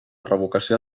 revocació